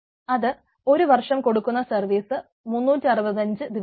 അത് ഒരു വർഷം കൊടുക്കുന്ന സർവ്വീസ് 365 ദിവസമാണ്